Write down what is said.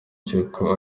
cy’uko